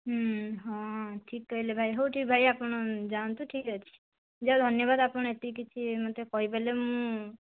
ହଁ ଠିକ୍ କହିଲେ ଭାଇ ହଉ ଠିକ୍ ଭାଇ ଆପଣ ଯାଆନ୍ତୁ ଠିକ୍ ଅଛି ଯାହା ହେଉ ଧନ୍ୟବାଦ ଆପଣ ଏତିକି କିଛି ମୋତେ କହିପାରିଲେ ମୁଁ